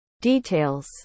Details